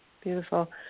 Beautiful